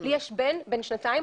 לי יש בן בן שנתיים,